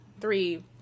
three